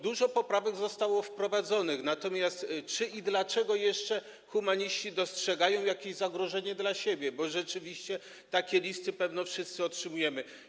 Dużo poprawek zostało wprowadzonych, natomiast pytanie jest takie, czy i dlaczego jeszcze humaniści dostrzegają jakieś zagrożenie dla siebie, bo rzeczywiście takie listy pewnie wszyscy otrzymujemy.